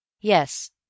Yes